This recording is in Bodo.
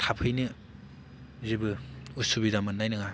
थाफैनो जेबो उसुबिदा मोन्नाय नङा